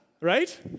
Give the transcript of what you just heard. Right